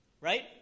right